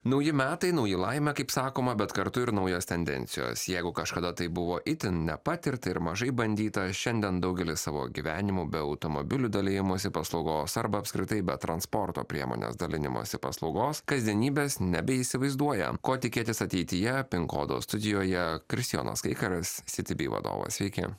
nauji metai nauja laimė kaip sakoma bet kartu ir naujos tendencijos jeigu kažkada tai buvo itin nepatirta ir mažai bandyta šiandien daugelis savo gyvenimo be automobilių dalijimosi paslaugos arba apskritai be transporto priemonės dalinimosi paslaugos kasdienybės nebeįsivaizduojam ko tikėtis ateityje pin kodo studijoje kristijonas kaikaris city bee vadovas sveiki